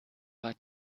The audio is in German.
war